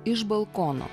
iš balkono